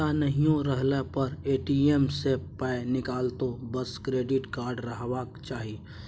पैसा नहियो रहला पर ए.टी.एम सँ पाय निकलतौ बस क्रेडिट कार्ड रहबाक चाही